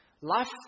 Life